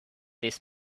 this